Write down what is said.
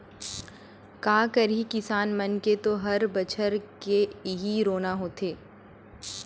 का करही किसान मन के तो हर बछर के इहीं रोना होथे